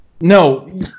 no